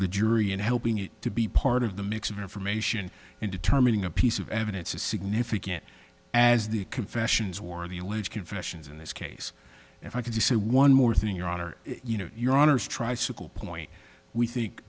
the jury and helping it to be part of the mix of information and determining a piece of evidence as significant as the confessions war the alleged confessions in this case if i can say one more thing your honor you know your honour's try single point we think